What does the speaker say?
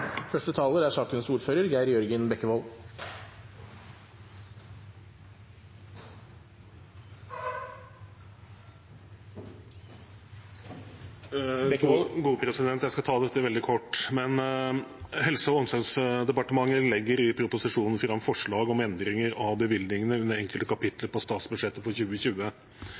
Jeg skal ta dette veldig kort. Helse- og omsorgsdepartementet legger i proposisjonen fram forslag om endringer av bevilgningene under enkelte kapitler på statsbudsjettet for 2020.